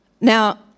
Now